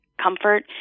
comfort